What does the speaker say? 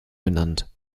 benannt